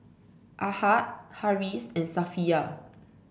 Ahad Harris and Safiya